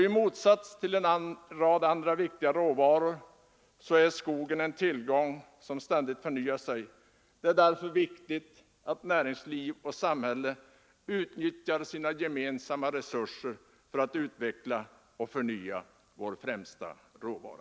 I motsats till en rad andra viktiga råvaror är skogen en tillgång som ständigt förnyar sig. Det är därför viktigt att näringsliv och samhälle utnyttjar sina gemensamma resurser för att utveckla och förnya vår främsta råvara.